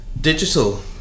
Digital